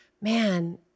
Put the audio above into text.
man